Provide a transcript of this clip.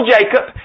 Jacob